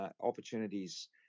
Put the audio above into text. opportunities